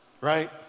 right